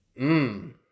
Mmm